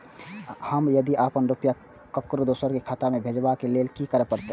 हम यदि अपन रुपया ककरो दोसर के खाता में भेजबाक लेल कि करै परत?